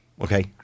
Okay